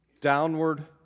Downward